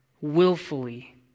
willfully